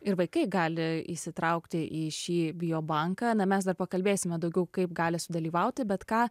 ir vaikai gali įsitraukti į šį biobanką na mes dar pakalbėsime daugiau kaip gali sudalyvauti bet ką